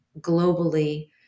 globally